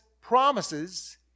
promises